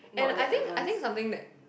and I think I think something that like